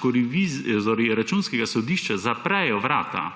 ko revizorji Računskega sodišča zaprejo vrata,